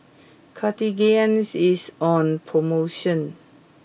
Cartigain is on promotion